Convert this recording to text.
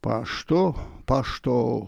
paštu pašto